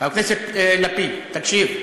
חבר הכנסת לפיד, תקשיב.